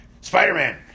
Spider-Man